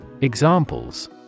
Examples